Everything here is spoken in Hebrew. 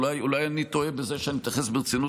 אולי אני טועה בזה שאני מתייחס ברצינות